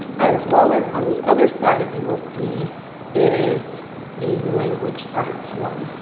as well as on the other side, you will see is the language arts one,